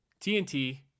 TNT